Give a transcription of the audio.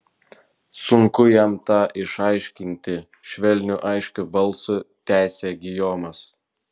sunku jam tą išaiškinti švelniu aiškiu balsu tęsė gijomas